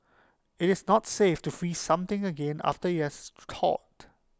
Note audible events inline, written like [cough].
IT is not safe to freeze something again after IT has [hesitation] thawed